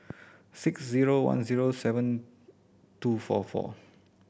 six zero one zero seven two four four